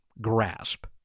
grasp